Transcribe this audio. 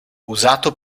usato